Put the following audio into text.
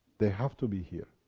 they have to be here.